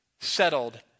settled